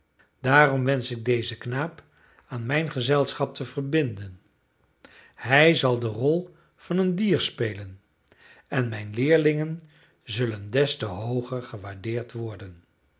daarom wensch ik dezen knaap aan mijn gezelschap te verbinden hij zal de rol van een dier spelen en mijn leerlingen zullen des te hooger gewaardeerd worden